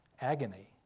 agony